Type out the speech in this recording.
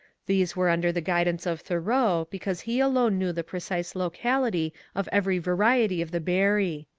these were under the guidance of thoreau, because he alone knew the precise locality of every variety of the berry.